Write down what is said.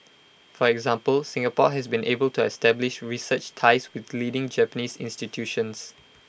for example Singapore has been able to establish research ties with leading Japanese institutions